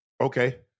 Okay